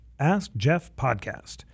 askjeffpodcast